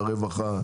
לרווחה,